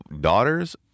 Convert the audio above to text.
daughters